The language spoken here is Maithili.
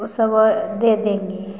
ओ सब दे देंगे